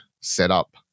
setup